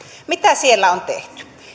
mitä siellä on tehty